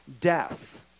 death